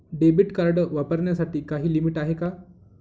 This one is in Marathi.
डेबिट कार्ड वापरण्यासाठी काही लिमिट आहे का?